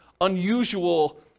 unusual